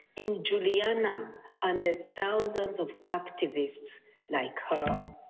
in juliana and the thousands of activists like her.